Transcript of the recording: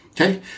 Okay